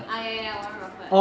ah ya ya warren buffett